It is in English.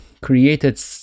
created